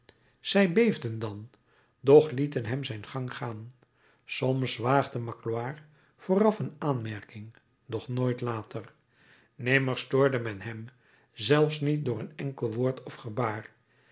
zij beefden dan doch lieten hem zijn gang gaan soms waagde magloire vooraf een aanmerking doch nooit later nimmer stoorde men hem zelfs niet door een enkel woord of gebaar